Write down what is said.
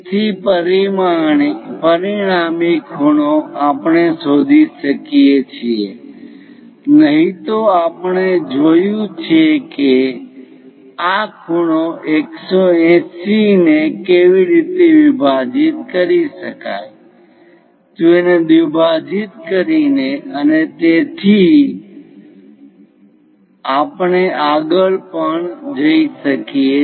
તેથી પરિણામી ખૂણો આપણે શોધી શકીએ છીએ નહીં તો આપણે જોયું છે કે આ ખૂણો 180° ને કેવી રીતે વિભાજીત કરી શકાય તેને દ્વિભાજિત કરીને અને તેથી આપણે આગળ પણ જઈ શકીએ